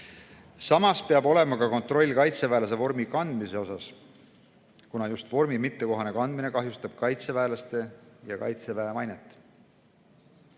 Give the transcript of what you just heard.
Samas peab olema ka kontroll kaitseväelase vormi kandmise üle, kuna just vormi mittekohane kandmine kahjustab kaitseväelaste ja Kaitseväe mainet.